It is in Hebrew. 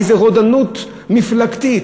באיזו רודנות מפלגתית,